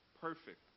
perfect